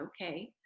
okay